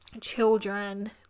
children